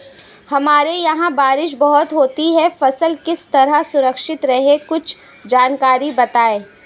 हमारे यहाँ बारिश बहुत होती है फसल किस तरह सुरक्षित रहे कुछ जानकारी बताएं?